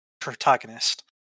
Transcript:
protagonist